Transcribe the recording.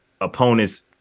opponents